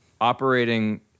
operating